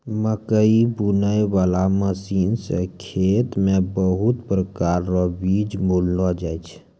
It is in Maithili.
मकैइ बुनै बाला मशीन से खेत मे बहुत प्रकार रो बीज बुनलो जाय छै